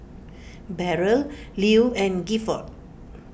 Beryl Lew and Gifford